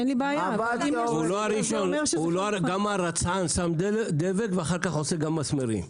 לא, לא, גם הרצען שם דבק ואחר-כך עושה גם מסמרים.